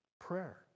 prayer